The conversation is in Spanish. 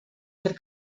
ser